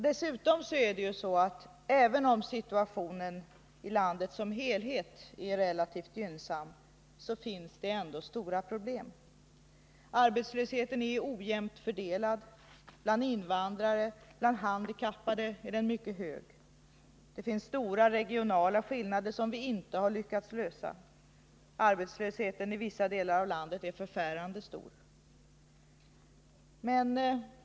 Dessutom är det ju så, att även om situationen i landet som helhet är relativt gynnsam finns där ändå stora problem. Arbetslösheten är ojämnt fördelad. Bland invandrare och bland handikappade är den mycket hög. Det finns stora regionala skillnader som vi inte har lyckats upphäva. Arbetslösheten i vissa delar av landet är förfärande stor.